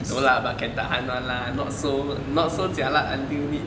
no lah but can tahan [one] lah not so not so jialat until need